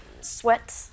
sweat